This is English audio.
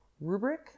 Rubric